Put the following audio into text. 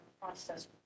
process